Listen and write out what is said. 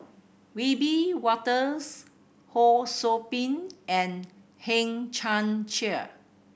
Wiebe Wolters Ho Sou Ping and Hang Chang Chieh